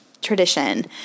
tradition